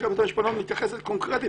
פסיקת בית המשפט העליון מתייחסת קונקרטית